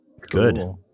Good